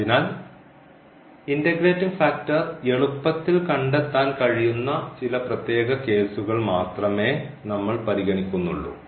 അതിനാൽ integrating factor എളുപ്പത്തിൽ കണ്ടെത്താൻ കഴിയുന്ന ചില പ്രത്യേക കേസുകൾ മാത്രമേ നമ്മൾ പരിഗണിക്കുന്നുള്ളൂ